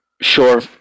sure